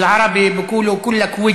ועשרה ח"כים.